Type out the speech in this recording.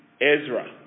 Ezra